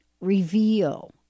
reveal